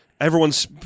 everyone's